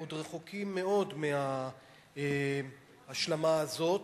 עוד רחוקים מאוד מההשלמה הזאת